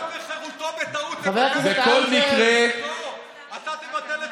כבוד האדם וחירותו בטעות, אתה תבטל את,